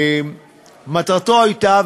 מטרתו הייתה,